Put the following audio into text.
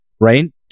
Right